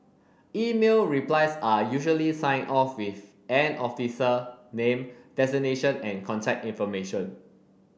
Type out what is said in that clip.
email replies are usually signed off with an officer name designation and contact information